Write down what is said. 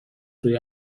سوی